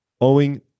owing